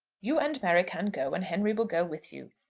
you and mary can go, and henry will go with you.